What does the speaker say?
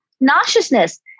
nauseousness